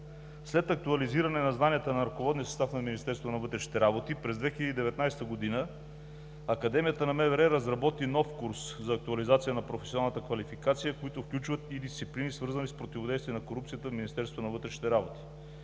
След актуализиране на знанията на ръководния състав на Министерството на вътрешните работи през 2019 г. Академията на МВР разработи нов курс за актуализация на професионалната квалификация, които включват и дисциплини, свързани с противодействие на корупцията в Министерството на вътрешните работи.